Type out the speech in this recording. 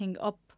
Up